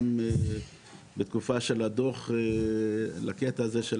היינו ערים גם בתקופה של הדוח לקטע הזה של